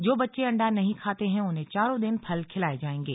जो बच्चे अंडा नहीं खाते हैं उन्हें चारों दिन फल खिलाये जायेंगे